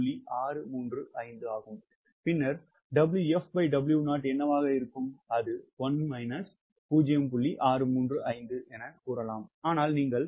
635 ஆகும் பின்னர் 𝑊𝑓W0 என்னவாக இருக்கும் ஆனால் நீங்கள் 1